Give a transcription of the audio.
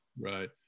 Right